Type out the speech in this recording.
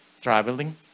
traveling